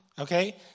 Okay